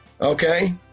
okay